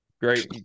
Great